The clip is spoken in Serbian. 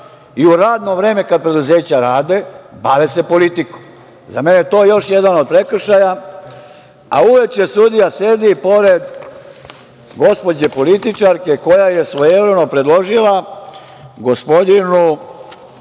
i u radno vreme kada preduzeća rade, bave se politikom.Za mene je to još jedan od prekršaja, a uveče sudija sedi pored gospođe političarke koja je svojevremeno predložila gospodinu